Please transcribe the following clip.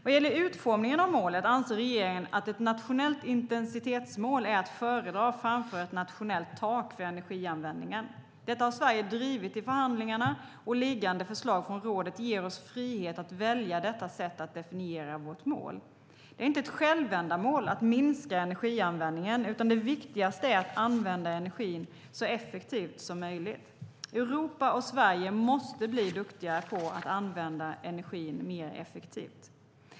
Vad gäller utformningen av målet anser regeringen att ett nationellt intensitetsmål är att föredra framför ett nationellt tak för energianvändningen. Detta har Sverige drivit i förhandlingarna, och föreliggande förslag från rådet ger oss frihet att välja detta sätt att definiera vårt mål. Det är inte ett självändamål att minska energianvändningen, utan det viktigaste är att använda energin så effektivt som möjligt. Europa och Sverige måste bli duktigare på att använda energin mer effektivt.